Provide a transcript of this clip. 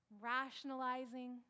rationalizing